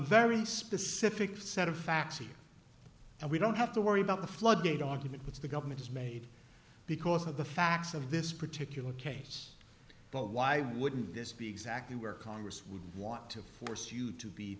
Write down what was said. very specific set of facts here and we don't have to worry about the floodgate argument which the government has made because of the facts of this particular case but why wouldn't this be exactly where congress would want to force you to be